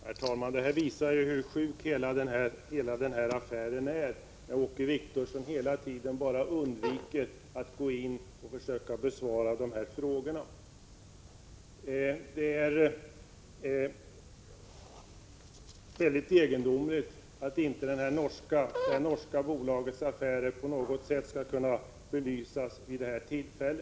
Herr talman! Den här debatten visar hur sjuk hela den här affären är. Hela tiden försöker Åke Wictorsson undvika att besvara de frågor som här har ställts. Jag tycker att det är mycket egendomligt att frågan om det norska bolagets affärer inte på något sätt skall kunna belysas vid detta tillfälle.